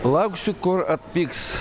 lauksiu kol atpigs